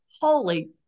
Holy